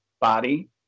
body